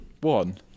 One